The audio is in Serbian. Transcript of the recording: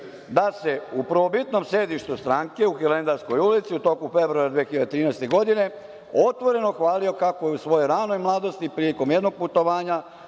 da se u prvobitnom sedištu stranke u Hilandarskoj ulici u toku februara 2013. godine, otvoreno hvalio kako je u svojoj ranoj mladosti prilikom jednog putovanja